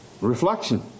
reflection